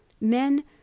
men